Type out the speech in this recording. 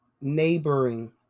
neighboring